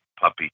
puppy